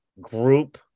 group